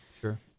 Sure